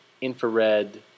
Infrared